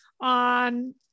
on